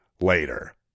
later